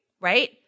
right